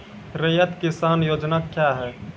रैयत किसान योजना क्या हैं?